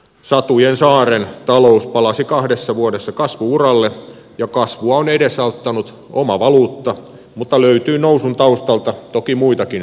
satujen saaren talous palasi kahdessa vuodessa kasvu uralle ja kasvua on edesauttanut oma valuutta mutta löytyy nousun taustalta toki muitakin syitä